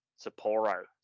Sapporo